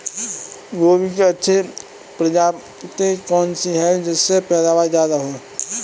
गोभी की अच्छी प्रजाति कौन सी है जिससे पैदावार ज्यादा हो?